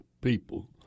people